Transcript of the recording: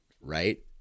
right